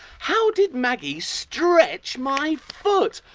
how did maggie stretch my foot?